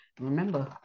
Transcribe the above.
remember